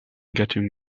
getting